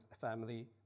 family